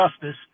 justice